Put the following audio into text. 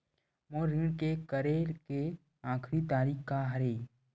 मोर ऋण के करे के आखिरी तारीक का हरे?